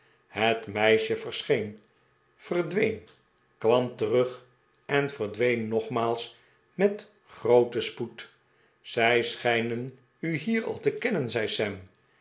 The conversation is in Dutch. het meisje verscheen verdween kwam terug en verdween nogmaals met grooten spoed zij schijnen u hier al te kennen zei